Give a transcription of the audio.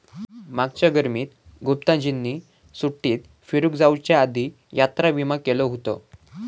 मागच्या गर्मीत गुप्ताजींनी सुट्टीत फिरूक जाउच्या आधी यात्रा विमा केलो हुतो